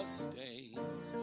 stains